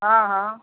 हँ हँ